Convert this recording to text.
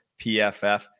PFF